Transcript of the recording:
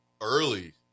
early